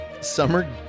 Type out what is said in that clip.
Summer